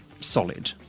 solid